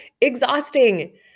exhausting